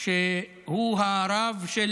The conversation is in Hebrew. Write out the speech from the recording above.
שהוא הרב של